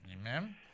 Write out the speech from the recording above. Amen